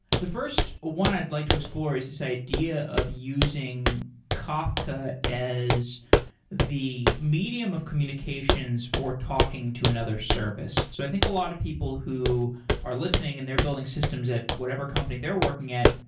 the first one i'd like to explore is this idea of using kafka as the medium of communications for talking to another service. so i think a lot of people who are listening and they're building systems at whatever company they're working at,